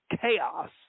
chaos